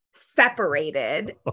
separated